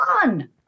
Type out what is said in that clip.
fun